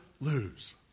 lose